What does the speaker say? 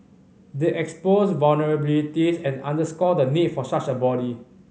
they exposed vulnerabilities and underscore the need for such a body